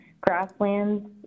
grasslands